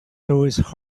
heart